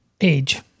Age